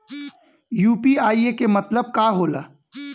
UPI के मतलब का होला?